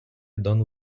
дану